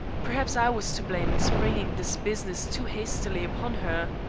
perhaps i was to blame in springing this business too hastily upon her.